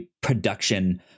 production